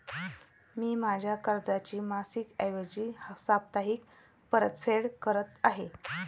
मी माझ्या कर्जाची मासिक ऐवजी साप्ताहिक परतफेड करत आहे